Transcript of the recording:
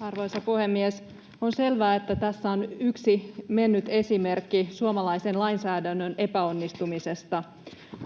Arvoisa puhemies! On selvää, että tässä on yksi mennyt esimerkki suomalaisen lainsäädännön epäonnistumisesta,